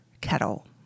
kettle